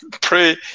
pray